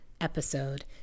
episode